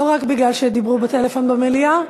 לא רק כי דיברו בטלפון במליאה,